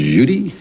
Judy